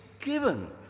given